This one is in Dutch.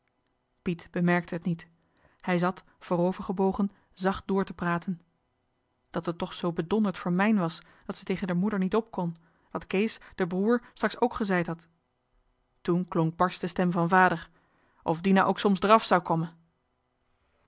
piet bemerkte het niet hij zat voorovergebogen zacht door te praten dat het toch zoo bedonderd voor mijn was dat ze tegen d'er moeder niet opkon dat kees d'er broêr straks ook gezeid had toen klonk barsch de stem van vader of dina ook soms d'er af zou komme